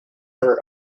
her